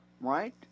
right